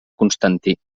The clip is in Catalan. constantí